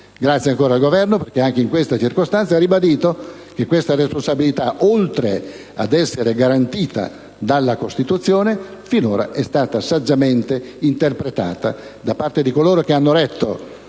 Grazie ancora al Governo perché anche in questa circostanza ha ribadito che questa responsabilità, oltre ad essere garantita dalla Costituzione, finora è stata saggiamente interpretata da parte di coloro che hanno retto